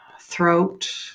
throat